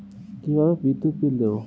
কিভাবে বিদ্যুৎ বিল দেবো?